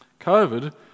COVID